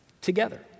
together